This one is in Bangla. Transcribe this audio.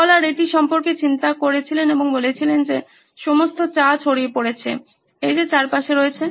স্কলার এটি সম্পর্কে চিন্তা করেছিলেন এবং বলেছিলেন যে সমস্ত চা ছড়িয়ে পড়েছে এটি চারপাশে রয়েছে